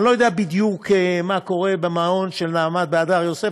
אני לא יודע בדיוק מה קורה במעון של נעמת בהדר יוסף,